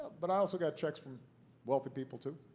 but i also got checks from wealthy people, too.